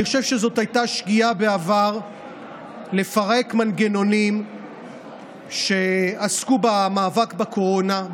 אני חושב שזאת הייתה שגיאה בעבר לפרק מנגנונים שעסקו במאבק בקורונה,